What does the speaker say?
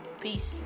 Peace